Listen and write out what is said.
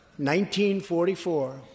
1944